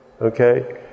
Okay